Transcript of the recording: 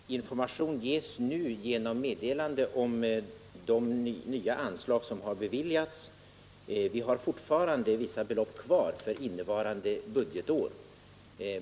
Herr talman! Information ges nu genom meddelande om de nya anslag som har beviljats. Vi har fortfarande vissa belopp kvar under innevarande budgetår.